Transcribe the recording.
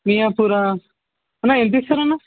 మియాపూరా అన్నా ఎంత ఇస్తారన్న